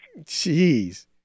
Jeez